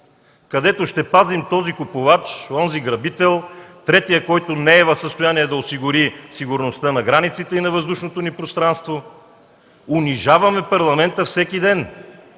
където ще пазим този купувач, онзи грабител, третият, който не е в състояние да осигури сигурността на границите и на въздушното ни пространство. Унижаваме Парламента всеки ден!